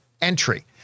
entry